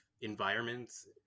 environments